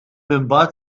imbagħad